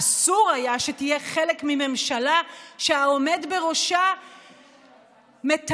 אסור היה שתהיה חלק מממשלה שהעומד בראשה מטנף